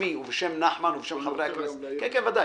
בשמי ובשם נחמן שי ובשם חברי הכנסת, לדעת